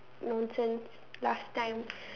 nonsense last time